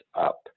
up